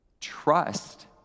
Trust